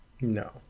No